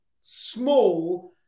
small